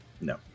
No